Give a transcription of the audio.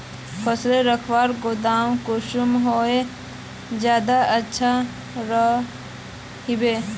फसल रखवार गोदाम कुंसम होले ज्यादा अच्छा रहिबे?